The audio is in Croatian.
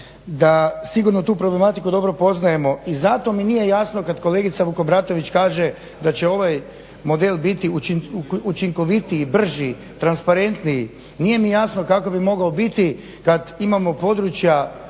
da sigurno tu problematiku dobro poznajemo i zato mi nije jasno kad kolegica Vukobratović kaže da će ovaj model biti učinkovitiji, brži, transparentniji. Nije mi jasno kako bi mogao biti kad imamo područja